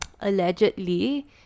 allegedly